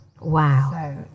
Wow